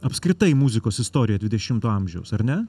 apskritai muzikos istorijoje dvidešimto amžiaus ar ne